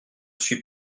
suis